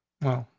well,